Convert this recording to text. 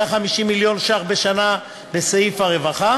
150 מיליון שקל בשנה בסעיף הרווחה